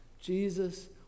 Jesus